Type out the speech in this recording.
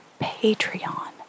Patreon